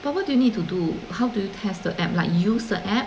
but what do you need to do how do you test the app like use the app